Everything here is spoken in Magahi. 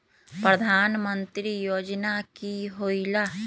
प्रधान मंत्री योजना कि होईला?